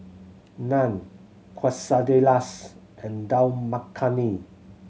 Naan Quesadillas and Dal Makhani